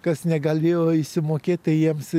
kas negalėjo išsimokėti tai jiems